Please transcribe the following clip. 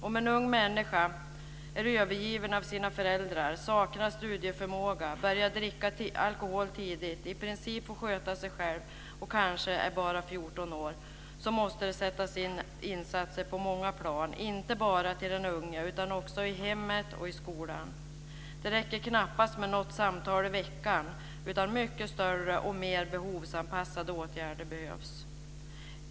Om en ung människa som kanske bara är 14 år är övergiven av sina föräldrar, saknar studieförmåga, börjar dricka alkohol tidigt och i princip får sköta sig själv måste det sättas in insatser på många plan, inte bara för den unge utan också i hemmet och i skolan. Det räcker knappast med något samtal i veckan, utan mycket större och mer behovsanpassade åtgärder behövs.